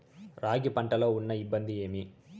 రాగి పంటలో ఉన్న ఇబ్బంది ఏమి?